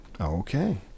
Okay